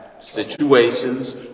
situations